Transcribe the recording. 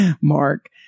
Mark